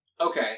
Okay